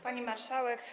Pani Marszałek!